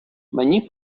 мені